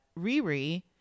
Riri